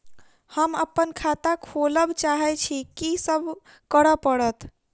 हम अप्पन खाता खोलब चाहै छी की सब करऽ पड़त?